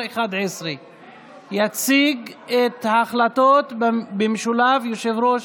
11). יציג את ההצעות במשולב יושב-ראש